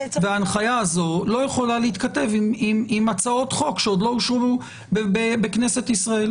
ההנחיה הזאת לא יכולה להתכתב עם הצעות חוק שעוד לא אושרו בכנסת ישראל.